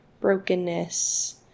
brokenness